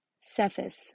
Cephas